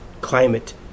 climate